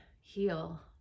heal